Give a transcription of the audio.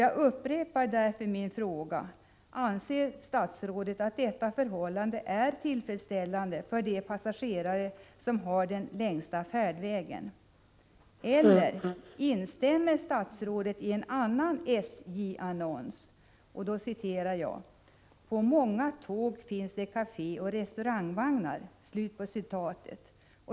Jag upprepar därför min fråga: Anser statsrådet att detta förhållande är tillfredsställande för de passagerare som har den längsta färdvägen? Eller instämmer statsrådet i en annan SJ-annons, som jag vill citera: ”På många tåg finns det kafé och restaurangvagnar”?